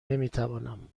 نمیتوانم